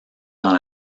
dans